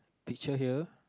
picture here